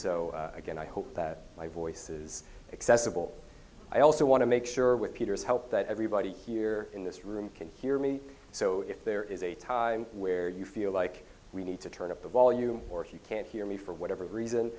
so again i hope that my voice is accessible i also want to make sure with peter's help that everybody here in this room can hear me so if there is a time where you feel like we need to turn up the volume or he can't hear me for whatever reason